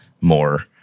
more